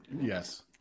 Yes